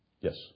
Yes